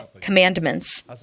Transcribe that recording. commandments